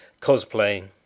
cosplaying